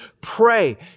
pray